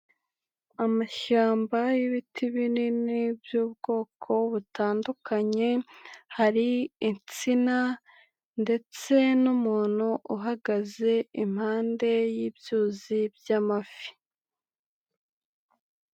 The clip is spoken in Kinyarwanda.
Amashyamba y'ibiti binini by'ubwoko butandukanye, hari insina ndetse n'umuntu uhagaze impande y'ibyuzi by'amafi.